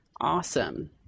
Awesome